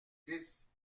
dix